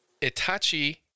Itachi